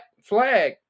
Flag